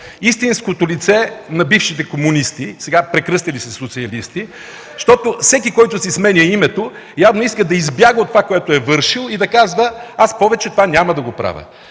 истинското лице на бившите комунисти, прекръстили се сега в социалисти. Защото всеки, който си сменя името, явно иска да избяга от това, което е вършил, и да казва: „Аз това повече няма да го правя.”